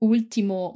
Ultimo